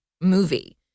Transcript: movie